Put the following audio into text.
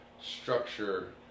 structure